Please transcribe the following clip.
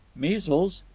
measles.